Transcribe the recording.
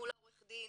מול עורך הדין,